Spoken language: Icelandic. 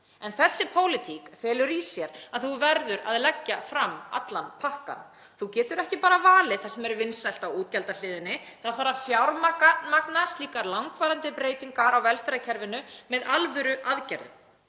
En þessi pólitík felur í sér að þú verður að leggja fram allan pakkann. Þú getur ekki bara valið það sem er vinsælt á útgjaldahliðinni. Það þarf að fjármagna slíkar langvarandi breytingar á velferðarkerfinu með alvöruaðgerðum.